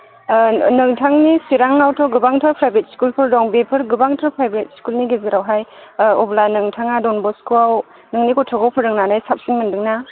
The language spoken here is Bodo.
नोंथांनि चिरांआवथ' गोबांथार प्राइभेट स्कुलफोर दं बेफोर गोबांथार प्राइभेट स्कुलनि गेजेरावहाय अब्ला नोंथाङा डन बस्क'आव नोंनि गथ'खौ फोरोंनानै साबसिन मोनदों ना